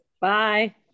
bye